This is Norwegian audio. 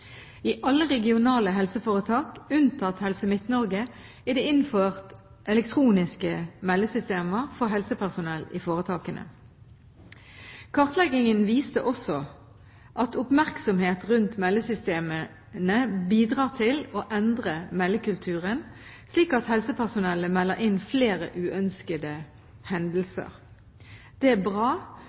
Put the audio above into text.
I alle regionale helseforetak, unntatt Helse Midt-Norge, er det innført elektroniske meldesystemer for helsepersonell i foretakene. Kartleggingen viste også at oppmerksomhet rundt meldesystemene bidrar til å endre meldekulturen, slik at helsepersonellet melder inn flere uønskede hendelser. Det er bra,